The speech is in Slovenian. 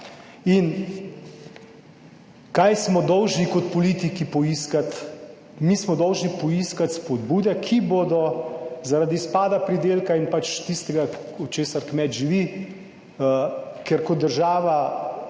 In kaj smo dolžni kot politiki poiskati? Mi smo dolžni poiskati spodbude, ki bodo zaradi izpada pridelka in pač tistega, od česar kmet živi, ker kot država